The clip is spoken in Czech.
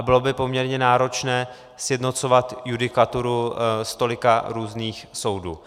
Bylo by poměrně náročné sjednocovat judikaturu z tolika různých soudů.